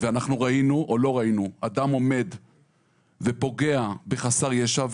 ואנחנו ראינו או לא ראינו אדם עומד ופוגע בחסר ישע,